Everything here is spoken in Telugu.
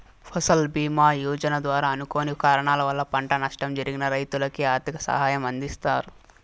ఫసల్ భీమ యోజన ద్వారా అనుకోని కారణాల వల్ల పంట నష్టం జరిగిన రైతులకు ఆర్థిక సాయం అందిస్తారు